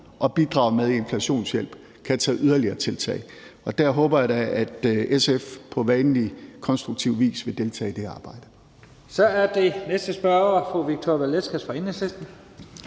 at bidrage med af inflationshjælp, kan tage yderligere tiltag. Der håber jeg da, at SF på vanlig konstruktiv vis vil deltage i det arbejde. Kl. 10:52 Første næstformand (Leif Lahn Jensen): Så er næste